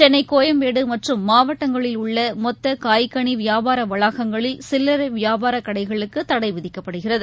சென்னைகோயம்பேடுமற்றும் மாவட்டங்களில் உள்ளமொத்தகாய்கனிவியாபாரவளாகங்களில் சில்லரைவியாபாரகடைகளுக்குதடைவிதிக்கப்படுகிறது